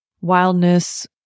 wildness